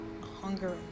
hunger